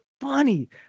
funny